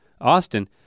Austin